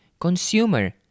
consumer